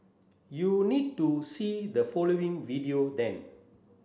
you need to see the following video then